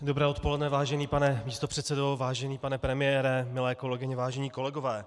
Dobré odpoledne, vážený pane místopředsedo, vážený pane premiére, milé kolegyně, vážení kolegové.